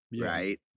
Right